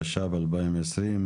התש"ף-2020,